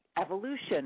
evolution